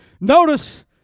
Notice